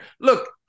Look